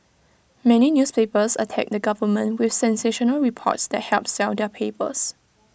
many newspapers attack the government with sensational reports that help sell their papers